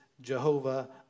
Jehovah